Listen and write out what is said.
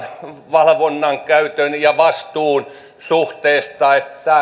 valvonnan ja vastuun suhteesta